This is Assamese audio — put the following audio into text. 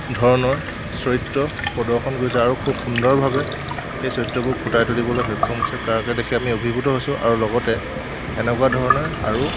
ধৰণৰ চৰিত্ৰ প্ৰদৰ্শন কৰিছে আৰু খুব সুন্দৰভাৱে সেই চৰিত্ৰবোৰ ফুটাই তুলিবলৈ সক্ষম হৈছে তাকে দেখি আমি অভিভূত হৈছোঁ আৰু লগতে এনেকুৱা ধৰণেৰ আৰু